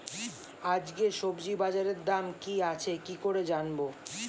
আজকে সবজি বাজারে দাম কি আছে কি করে জানবো?